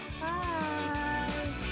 Bye